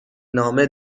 نامه